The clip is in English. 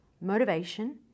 motivation